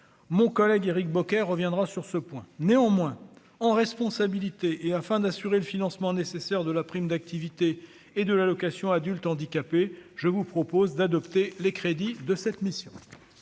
mon collègue Éric Bocquet reviendra sur ce point, néanmoins en responsabilité et afin d'assurer le financement nécessaire de la prime d'activité et de l'allocation adulte handicapé, je vous propose d'adopter les crédits de cette mission.